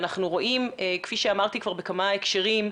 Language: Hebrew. ואנחנו רואים כפי שאמרתי כבר בכמה הקשרים,